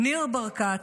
ניר ברקת,